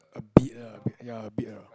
a bit lah a bit ya a bit lah